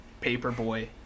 Paperboy